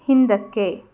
ಹಿಂದಕ್ಕೆ